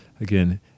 again